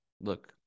look